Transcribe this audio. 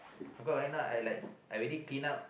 how come right now I like I already clean up